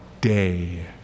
day